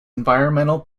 environmental